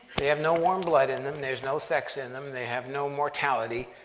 they have no warm blood in them. there's no sex in them. they have no mortality.